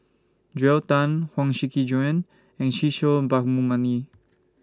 Joel Tan Huang Shiqi Joan and Kishore Mahbubani